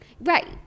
right